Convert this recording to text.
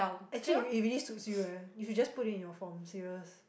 actually it it really suits you eh you should just put it in your form serious